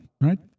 right